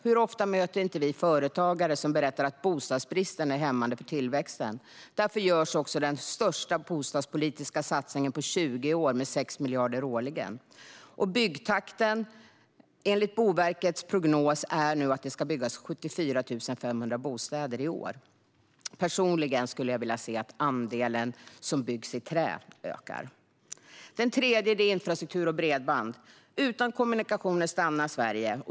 Hur ofta möter vi inte företagare som berättar att bostadsbristen är hämmande för tillväxten? Därför görs också den största bostadspolitiska satsningen på 20 år med 6 miljarder årligen. Enligt Boverkets prognos kommer det att byggas 74 500 bostäder i år. Personligen skulle jag vilja se att andelen som byggs i trä ökar. Nummer tre är infrastruktur och bredband. Utan kommunikationer stannar Sverige.